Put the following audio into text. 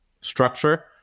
structure